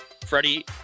Freddie